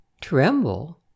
Tremble